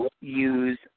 use